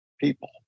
people